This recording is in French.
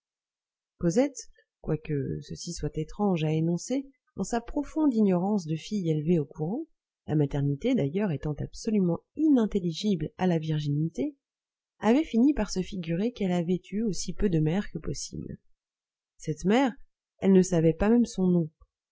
cosette quoique ceci soit étrange à énoncer